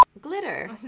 Glitter